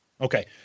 Okay